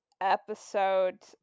episode